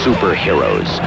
Superheroes